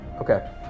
Okay